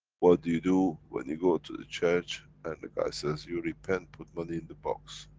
what do you do, when you go to the church, and the guy says, you repent, put money in the box.